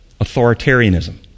authoritarianism